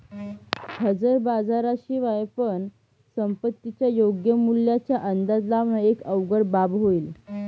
हजर बाजारा शिवाय पण संपत्तीच्या योग्य मूल्याचा अंदाज लावण एक अवघड बाब होईल